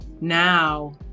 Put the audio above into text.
now